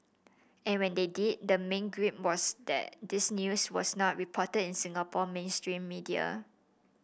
and when they did the main gripe was that this news was not reported in Singapore mainstream media